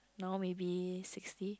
now maybe sixty